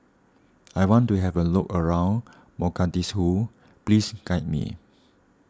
I want to have a look around Mogadishu please guide me